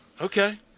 Okay